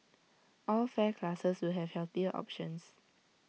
all fare classes will have healthier options